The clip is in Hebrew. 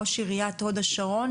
ראש עיריית הוד השרון,